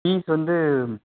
fees வந்து